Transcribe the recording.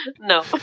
No